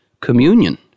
communion